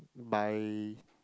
by